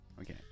Okay